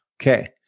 Okay